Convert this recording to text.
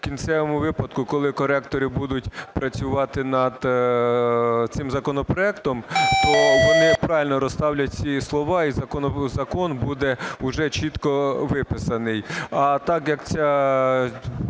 в кінцевому випадку, коли коректори будуть працювати над цим законопроектом, то вони правильно розставлять ці слова, і закон буде уже чітко виписаний. А так як ця